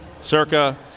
Circa